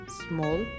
small